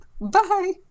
bye